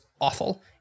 awful